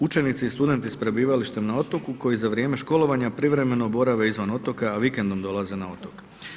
Učenici i studenti s prebivalištem na otoku koji za vrijeme školovanja privremeno borave izvan otoka a vikendom dolaze na otok.